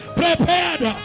prepared